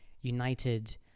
United